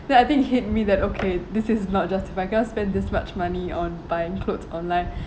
then I think it hit me that okay this is not justified I cannot spend this much money on buying clothes online